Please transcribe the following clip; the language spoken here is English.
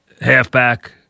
halfback